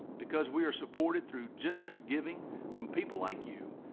because we are supported through generous giving from people like you,